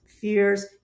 fears